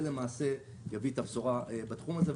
זה יביא את הבשורה בתחום הזה,